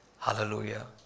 Hallelujah